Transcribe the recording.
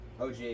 OG